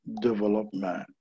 development